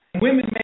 Women